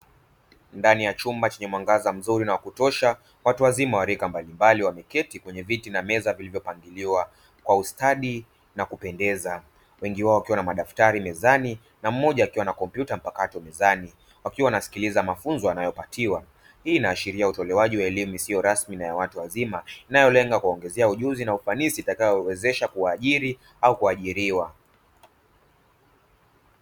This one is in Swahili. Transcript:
Ndani ya chumba chenye mwangaza mzuri na wa kutosha, watu wazima wa rika mbalimbali wameketii kwenye viti na meza vilivyopangiliwa kwa ustadi na kupendeza. Wengi wao wakiwa na madaftari mezani na mmoja akiwa na kompyuta mpakato mezani, wakiwa wanasikiliza mafunzo wanayopatiwa. Hii inaashiria utolewaji wa elimu isiyo rasmi na ya watu wazima inayolenga kuongezea ujuzi na ufanisi utakaowezesha kuajiri au kuajiriwa.